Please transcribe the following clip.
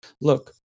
Look